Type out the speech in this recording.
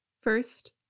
First